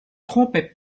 trompait